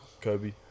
Kobe